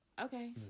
Okay